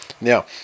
Now